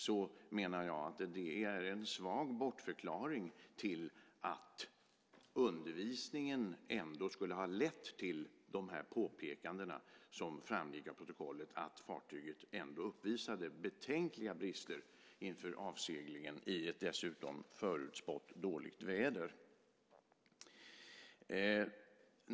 Då menar jag att det är en svag bortförklaring till att undervisningen ändå skulle ha lett till påpekandena som framgick av protokollet, nämligen att fartyget ändå uppvisade betänkliga brister inför avseglingen i ett dessutom förutspått dåligt väder.